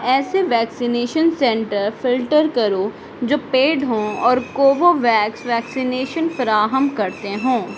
ایسے vaccination centre filter کرو جو پیڈ ہوں اور کوووویکس ویکسینیشن فراہم کرتے ہوں